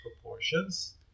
proportions